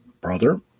brother